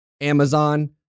Amazon